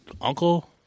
uncle